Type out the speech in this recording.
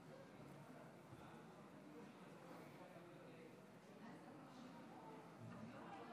הצעת חוק דמי